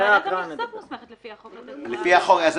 אחרי ההקראה נדבר.